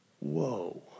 Whoa